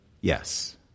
Yes